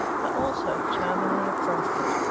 are also charmingly appropriate.